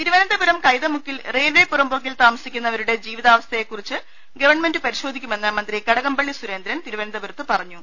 തിരുവനന്തപുരം കൈതമുക്കിൽ റെയിൽവെ പുറംമ്പോക്കിൽ താമസിക്കുന്നവരുടെ ജീവിതാവസ്ഥയെ കുറിച്ച് ഗവൺമെന്റ് പരി ശോധിക്കുമെന്ന് മന്ത്രി കടകംപള്ളി സുരേന്ദ്രൻ തിരുവനന്തപു രത്ത് പറഞ്ഞു